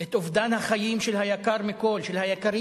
את אובדן החיים של היקרים מכול.